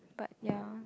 but ya